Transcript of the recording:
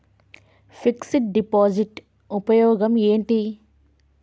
Fix డ్ deposit ఉపయోగం ఏంటి?